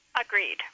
Agreed